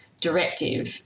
directive